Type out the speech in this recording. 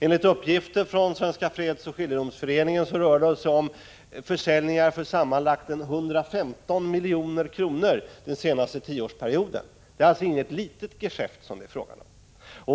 Enligt uppgifter från Svenska fredsoch skiljedomsföreningen rör det sig om försäljningar för sammanlagt 115 milj.kr. den senaste tioårsperioden. Det är alltså inte något litet geschäft som det är fråga om.